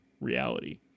reality